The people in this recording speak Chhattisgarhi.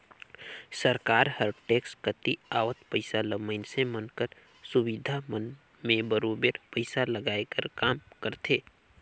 सरकार हर टेक्स कती आवक पइसा ल मइनसे मन कर सुबिधा मन में बरोबेर पइसा लगाए कर काम करथे